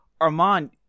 Armand